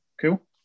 cool